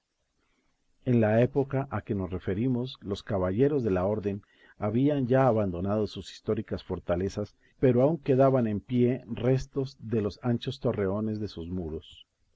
en la época a que nos referimos los caballeros de la orden habían ya abandonado sus históricas fortalezas pero aún quedaban en pie restos de los anchos torreones de sus muros